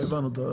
הבנו את הבעיה.